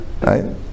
right